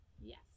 Yes